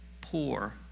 poor